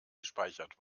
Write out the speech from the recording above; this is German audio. gespeichert